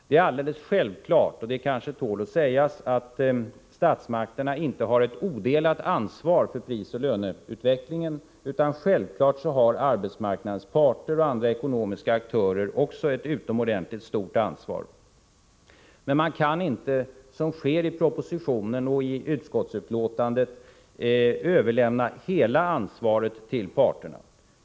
Det är alldeles självklart — det tål att sägas — att statsmakterna inte har ett odelat ansvar för prisoch löneutvecklingen. Givetvis har arbetsmarknadens parter och andra ekonomiska aktörer också ett utomordentligt stort ansvar. Men man kan inte, som sker i propositionen och i utskottsbetänkandet, överlämna hela ansvaret till parterna.